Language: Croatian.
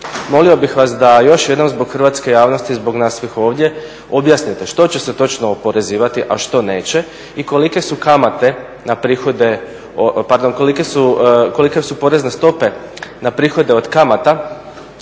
Molio bih vas da još jednom zbog hrvatske javnosti, zbog nas svih ovdje objasnite što će se točno oporezivati a što neće i kolike su kamate na prihode, pardon,